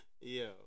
Yo